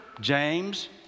James